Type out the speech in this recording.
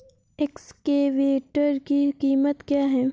Excavator की कीमत क्या है?